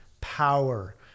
power